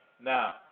Now